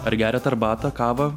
ar geriat arbatą kavą